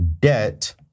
debt